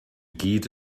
gyd